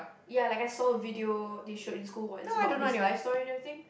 ya like I saw a video they showed in school when is about his life story and everything